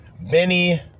Benny